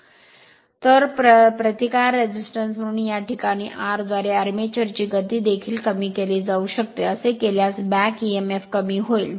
तर म्हणून प्रतिकार म्हणून या प्रकरणात म्हणून R द्वारे आर्मेचर ची गती देखील कमी केली जाऊ शकते असे केल्यास बॅक emf कमी होईल